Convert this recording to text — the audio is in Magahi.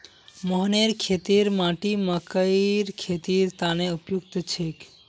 मोहनेर खेतेर माटी मकइर खेतीर तने उपयुक्त छेक